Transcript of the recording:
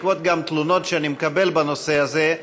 גם בעקבות תלונות שאני מקבל בנושא הזה,